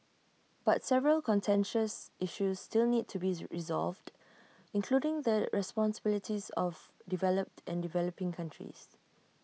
but several contentious issues still need to be resolved including the responsibilities of developed and developing countries